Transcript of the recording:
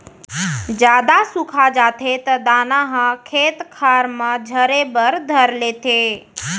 जादा सुखा जाथे त दाना ह खेत खार म झरे बर धर लेथे